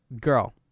girl